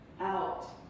out